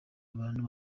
abantu